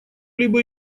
либо